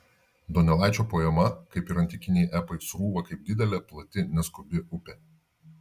donelaičio poema kaip ir antikiniai epai srūva kaip didelė plati neskubi upė